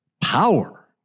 power